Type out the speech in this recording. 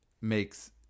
makes